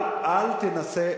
אל תנסה,